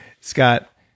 Scott